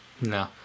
No